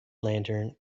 lantern